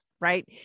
right